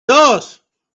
dos